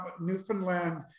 Newfoundland